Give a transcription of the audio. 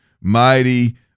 mighty